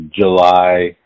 July